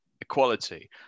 equality